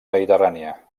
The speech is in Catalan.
mediterrània